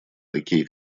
такие